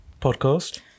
Podcast